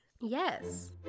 Yes